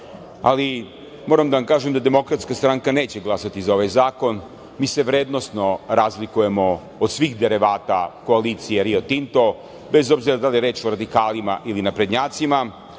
dinara. Moram da vam kažem da DS neće glasati za ovaj zakon. Mi se vrednosno razlikujemo od svih derivata koalicije Rio Tinto, bez obzira da li je reč o radikalima ili naprednjacima.